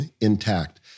intact